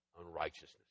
unrighteousness